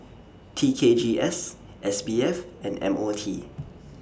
T K G S S B F and M O T